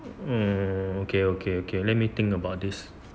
oh okay okay okay let me think about this